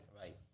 Right